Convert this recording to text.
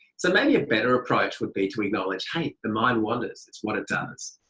so maybe a better approach would be to acknowledge hey, the mind wanders, it's what it does.